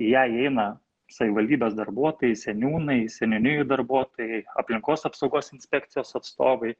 į ją įeina savivaldybės darbuotojai seniūnai seniūnijų darbuotojai aplinkos apsaugos inspekcijos atstovai